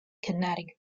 kinetic